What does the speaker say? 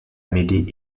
amédée